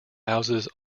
houses